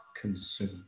consumed